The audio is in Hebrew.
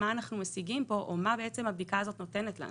מה אנחנו משיגים פה או מה בעצם הבדיקה הזאת נותנת לנו